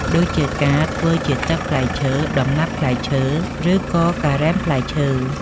ដូចជាការធ្វើជាទឹកផ្លែឈើ ដំណាប់ផ្លែឈើ ឬក៏ការ៉េមផ្លែឈើ។